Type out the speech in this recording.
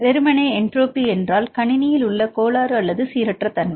வெறுமனே என்ட்ரோபி என்றால் கணினியில் உள்ள கோளாறு அல்லது சீரற்ற தன்மை